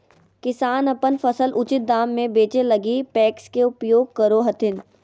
किसान अपन फसल उचित दाम में बेचै लगी पेक्स के उपयोग करो हथिन